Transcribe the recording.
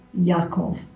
Yaakov